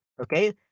okay